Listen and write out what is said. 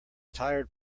tired